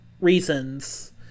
reasons